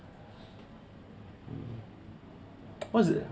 what's the